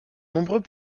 nombreux